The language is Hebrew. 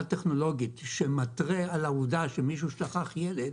טכנולוגית שמתרה על העובדה שמישהו שכח ילד